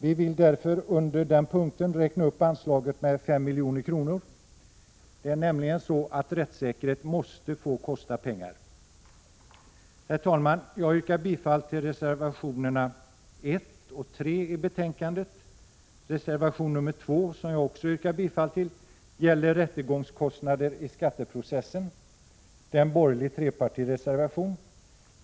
Vi vill därför under den punkten räkna upp anslaget med 5 milj.kr. Rättssäkerhet måste nämligen få kosta pengar. Herr talman! Jag yrkar bifall till reservationerna 1 och 3 i betänkandet. Reservation 2, som jag också yrkar bifall till, gäller rättegångskostnader i skatteprocessen. Det är en borgerlig trepartireservation.